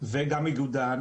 וגם איגוד דן